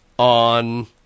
on